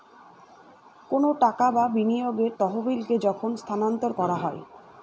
কোনো টাকা বা বিনিয়োগের তহবিলকে যখন স্থানান্তর করা হয়